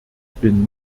bin